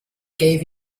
gave